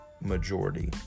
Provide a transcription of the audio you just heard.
majority